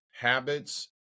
Habits